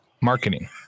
marketing